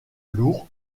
lourd